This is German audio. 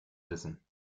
wissen